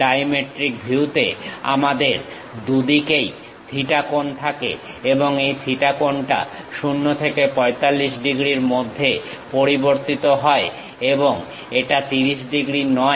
ড্রাইমেট্রিক ভিউতে আমাদের দুদিকেই থিটা কোণ থাকে এবং এই থিটা কোণটা 0 থেকে 45 ডিগ্রীর মধ্যে পরিবর্তিত হয় এবং এটা 30 ডিগ্রী নয়